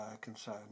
concern